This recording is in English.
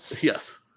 Yes